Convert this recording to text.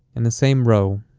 in the same row,